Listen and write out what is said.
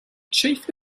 chief